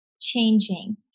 changing